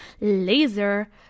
laser